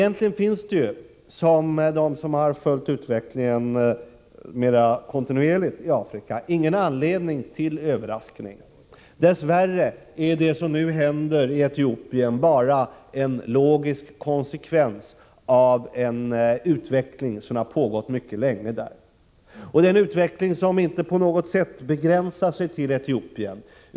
Enligt dem som har följt skeendet i Afrika mera kontinuerligt finns det egentligen ingen anledning till överraskning. Dess värre är det som nu händer i Etiopien bara en logisk konsekvens av en utveckling som har pågått mycket länge. Det är dessutom en utveckling som inte på något sätt begränsar sig till Etiopien.